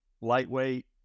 lightweight